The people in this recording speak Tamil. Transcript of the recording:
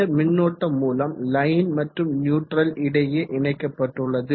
இந்த மின்னோட்ட மூலம் லைன் மற்றும் நியூட்ரல் இடையே இணைக்கப்பட்டுள்ளது